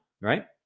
right